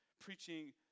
Preaching